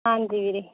ਹਾਂਜੀ ਵੀਰੇ